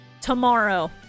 tomorrow